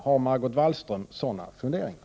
Har Margot Wallström sådana funderingar?